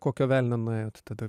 kokio velnio nuėjot tada